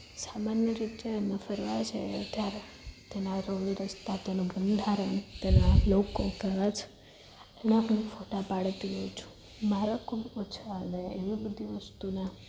સામાન્ય રીતે અમે ફરવા જઈયે ત્યારે તેના રોડ રસ્તા તેનું બંધારણ તેના લોકો ગજ એના પણ ફોટા પાળતી હો છું મારા ખૂબ ઓછા અને એવી બધી વસ્તુના